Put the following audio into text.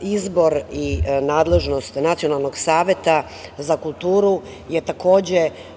izbor i nadležnost Nacionalnog saveta za kulturu je, takođe,